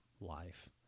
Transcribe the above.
life